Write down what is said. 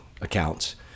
accounts